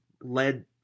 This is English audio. led